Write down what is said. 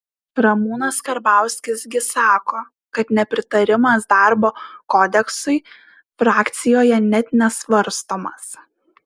ramūnas karbauskis gi sako kad nepritarimas darbo kodeksui frakcijoje net nesvarstomas